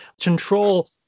control